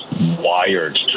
wired